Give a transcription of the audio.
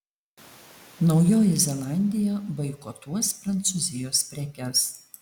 naujoji zelandija boikotuos prancūzijos prekes